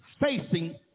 facing